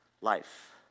life